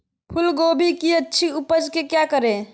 फूलगोभी की अच्छी उपज के क्या करे?